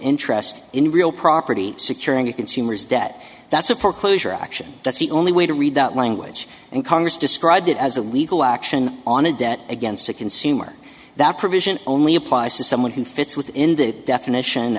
interest in real property securing a consumer's debt that's a poor closure action that's the only way to read that language and congress described it as a legal action on a debt against the consumer that provision only applies to someone who fits within the definition